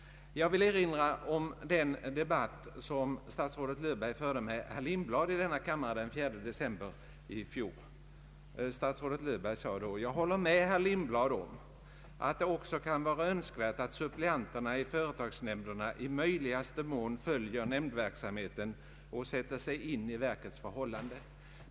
Jag vill erinra om den debatt som statsrådet Löfberg förde med herr Lindblad i denna kammare den 4 december 1969, Statsrådet sade då: ”Jag håller med herr Lindblad om att det också kan vara önskvärt att suppleanterna i företagsnämnderna i möjligaste mån följer nämndverksamheten och sätter sig in i verkets förhållanden.